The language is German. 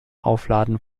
aufladen